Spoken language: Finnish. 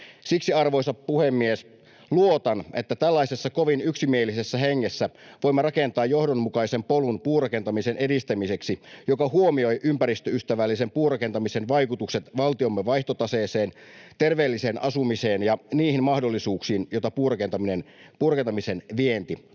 Siksi, arvoisa puhemies, luotan, että tällaisessa kovin yksimielisessä hengessä voimme rakentaa puurakentamisen edistämiseksi johdonmukaisen polun, joka huomioi ympäristöystävällisen puurakentamisen vaikutukset valtiomme vaihtotaseeseen, terveelliseen asumiseen ja niihin mahdollisuuksiin, joita puurakentamisen vienti